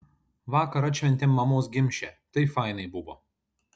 vakar atšventėm mamos gimšę tai fainai buvo